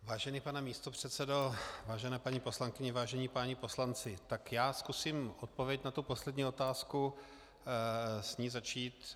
Vážený pane místopředsedo, vážené paní poslankyně, vážení páni poslanci, tak já zkusím odpověď na tu poslední otázku, začít s ní.